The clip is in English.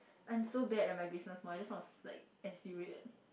I am so bad at my business mine it's sound of like as it waste